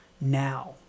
now